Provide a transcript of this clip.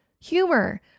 humor